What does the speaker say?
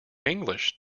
english